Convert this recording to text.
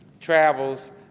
travels